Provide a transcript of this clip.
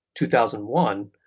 2001